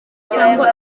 cyangwa